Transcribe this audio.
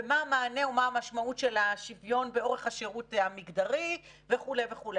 ומה המענה ומה המשמעות של השוויון באורך השירות המגדרי וכו' וכו'.